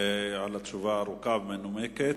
על התשובה הארוכה והמנומקת.